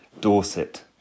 Dorset